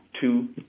two